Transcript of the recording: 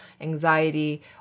anxiety